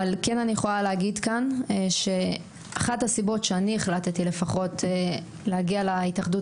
כן אני יכולה להגיד כאן שאחת הסיבות שהחלטתי להגיע להתאחדות